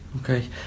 Okay